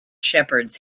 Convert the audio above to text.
shepherds